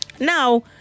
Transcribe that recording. Now